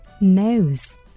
nose